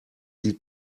sieht